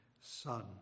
son